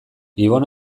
ibon